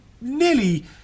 nearly